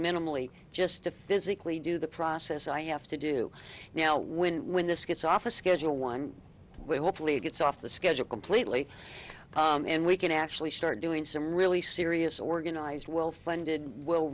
minimally just to physically do the process i have to do now when when this gets off a schedule one will hopefully gets off the schedule completely and we can actually start doing some really serious organized well funded will